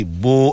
bo